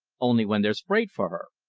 only when there's freight for her.